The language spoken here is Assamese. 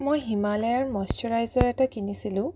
মই হিমালয়াৰ মইশ্চাৰাইজাৰ এটা কিনিছিলোঁ